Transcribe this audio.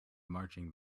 marching